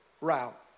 route